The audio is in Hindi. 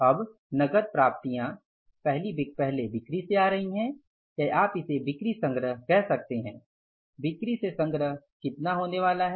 अब नकद प्राप्तिया पहली बिक्री से आ रही हैं या आप इसे बिक्री संग्रह कह सकते हैं बिक्री से संग्रह कितना होने वाला है